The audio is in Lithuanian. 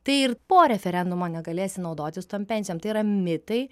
tai ir po referendumo negalėsi naudotis tom pencijom tai yra mitai